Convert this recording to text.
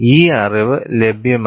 ഈ അറിവ് ലഭ്യമല്ല